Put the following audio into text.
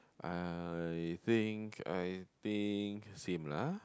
I think I think same lah